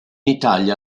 italia